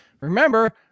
remember